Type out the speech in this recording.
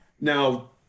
Now